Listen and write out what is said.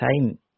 time